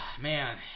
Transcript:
man